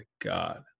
God